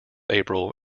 april